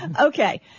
Okay